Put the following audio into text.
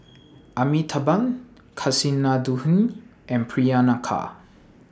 Amitabh Kasinadhuni and Priyanka